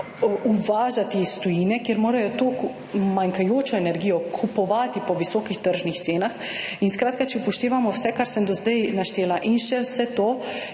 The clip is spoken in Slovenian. uvažati iz tujine, kjer morajo to manjkajočo energijo kupovati po visokih tržnih cenah. In skratka, če upoštevamo vse, kar sem do zdaj naštela in še vse to,